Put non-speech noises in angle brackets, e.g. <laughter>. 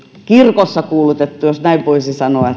kirkossa kuulutettu jos näin voisi sanoa <unintelligible>